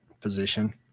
position